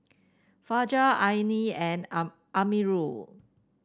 Fajar Aina and Amirul